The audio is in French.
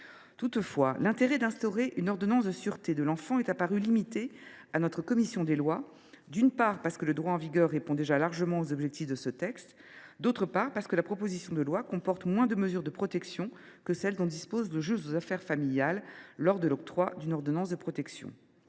Toutefois, l’intérêt d’instituer une ordonnance de sûreté de l’enfant est apparu limité à notre commission des lois, d’une part, parce que le droit en vigueur répond déjà largement aux objectifs de ce texte, d’autre part, parce que la proposition de loi comporte moins de mesures de protection que celles dont dispose le juge aux affaires familiales lors de l’octroi d’une ordonnance de protection.